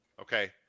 Okay